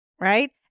right